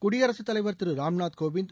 குடியரசுத்தலைவர் திரு ராம்நாத் கோவிந்த்